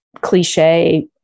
cliche